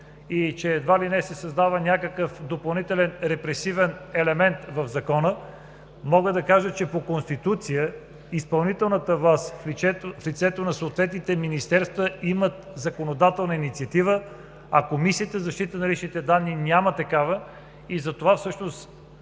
и, че едва ли не се създава някакъв допълнителен репресивен елемент в Закона, мога да кажа, че по Конституция изпълнителната власт в лицето на съответните министерства има законодателна инициатива, а Комисията за защита на личните данни няма такава. Затова всъщност